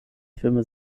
filme